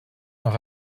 noch